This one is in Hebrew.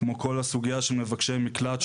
כמו כל הסוגייה של מבקשי מקלט,